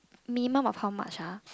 minimum of how much ah